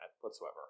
whatsoever